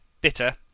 bitter